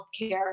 healthcare